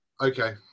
Okay